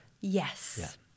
Yes